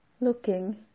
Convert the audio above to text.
looking